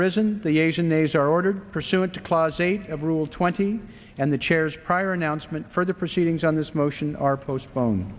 arisen the asian nasar ordered pursuant to clause eight of rule twenty and the chairs prior announcement for the proceedings on this motion are postpone